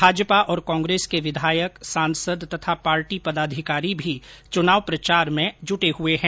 भाजपा और कांग्रेस के विधायक सांसद तथा पार्टी पदाधिकारी भी चुनाव प्रचार में जुटे हैं